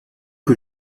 que